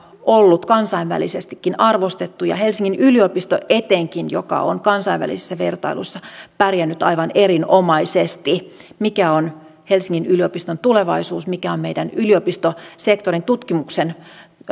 ollut kansainvälisestikin arvostettu ja helsingin yliopisto etenkin joka on kansainvälisissä vertailuissa pärjännyt aivan erinomaisesti mikä on helsingin yliopiston tulevaisuus mikä on meidän yliopistosektorin tutkimuksen